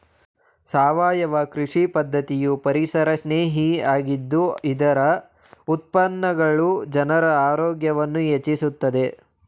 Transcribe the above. ಸಾವಯವ ಕೃಷಿ ಪದ್ಧತಿಯು ಪರಿಸರಸ್ನೇಹಿ ಆಗಿದ್ದು ಇದರ ಉತ್ಪನ್ನಗಳು ಜನರ ಆರೋಗ್ಯವನ್ನು ಹೆಚ್ಚಿಸುತ್ತದೆ